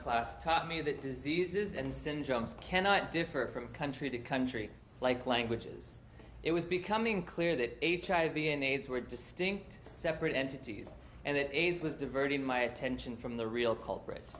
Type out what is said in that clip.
class taught me that diseases and syndromes cannot differ from country to country like languages it was becoming clear that a child being aids were distinct separate entities and that aids was diverting my attention from the real culprit